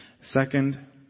Second